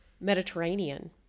Mediterranean